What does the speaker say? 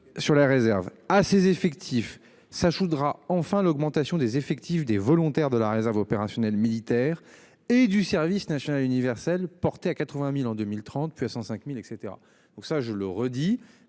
Sur la réserve à ses effectifs s'ajoutera enfin l'augmentation des effectifs des volontaires de la réserve opérationnelle militaire et du service national universel portée à 80.000 en 2030 puis à 105.000 et etc donc ça, je le redis,